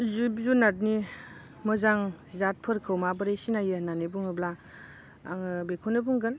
जिब जुनारनि मोजां जादफोरखौ माबोरै सिनायो होन्नानै बुङोब्ला आङो बेखौनो बुंगोन